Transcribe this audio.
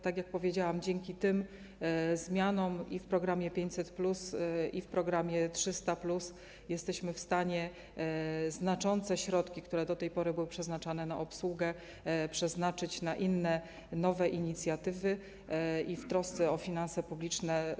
Tak jak powiedziałam, dzięki tym zmianom i w programie 500+, i w programie 300+ jesteśmy w stanie znaczące środki, które do tej pory były przeznaczane na obsługę, przeznaczyć na inne, nowe inicjatywy i w trosce o finanse publiczne.